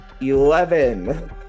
Eleven